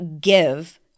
give